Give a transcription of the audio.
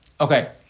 Okay